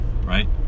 right